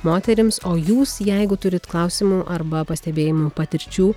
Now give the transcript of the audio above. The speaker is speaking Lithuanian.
moterims o jūs jeigu turit klausimų arba pastebėjimų patirčių